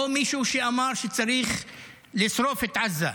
או מישהו שאמר שצריך לשרוף את עזה.